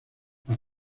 las